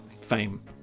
fame